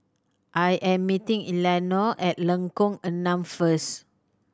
I am meeting Eleanore at Lengkok Enam first